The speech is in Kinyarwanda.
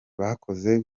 bakoze